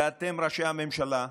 ואתם, ראשי הממשלה,